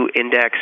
index